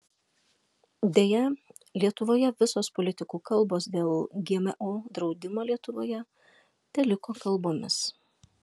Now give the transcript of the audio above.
deja lietuvoje visos politikų kalbos dėl gmo draudimo lietuvoje teliko kalbomis